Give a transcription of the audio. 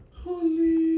Holy